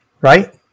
right